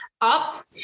up